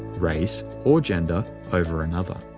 race, or gender over another.